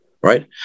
right